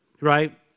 Right